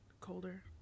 Colder